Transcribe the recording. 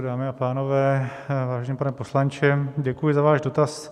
Dámy a pánové, vážený pane poslanče, děkuji za váš dotaz.